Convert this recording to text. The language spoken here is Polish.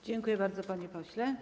Dziękuję bardzo, panie pośle.